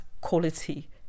quality